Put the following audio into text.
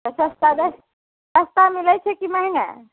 आ सस्ता दै छै सस्ता मिलैत छै कि महङ्गा